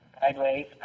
sideways